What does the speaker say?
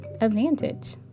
advantage